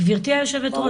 גברתי יו"ר,